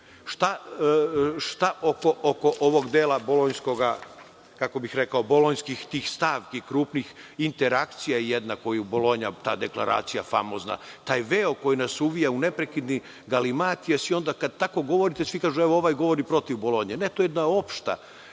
oko ovog dela, kako bih rekao, tih bolonjskih stavki krupnih, interakcija jedna koju Bolonja, ta dekleracija famozna, taj veo koji nas uvija u neprekidni galimatijas i onda kad tako govorite, svi kažu – evo ovaj govori protiv Bolonje. Ne, to je jedna opšta,